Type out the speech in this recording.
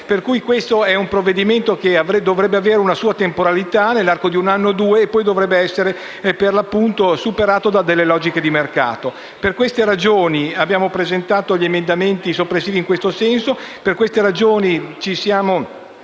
Per cui, questo è un provvedimento che dovrebbe avere una temporalità di uno o due anni e che poi dovrebbe essere superato da logiche di mercato. Per queste ragioni, abbiamo presentato emendamenti soppressivi in tal senso.